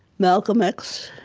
malcolm x,